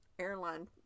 airline